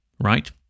right